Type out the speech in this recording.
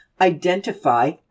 identify